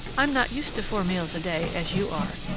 i'm not used to four meals a day as you are,